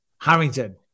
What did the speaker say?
Harrington